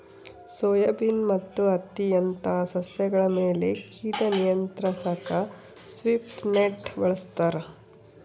soybean ಮತ್ತು ಹತ್ತಿಯಂತ ಸಸ್ಯಗಳ ಮೇಲೆ ಕೀಟ ನಿಯಂತ್ರಿಸಾಕ ಸ್ವೀಪ್ ನೆಟ್ ಬಳಸ್ತಾರ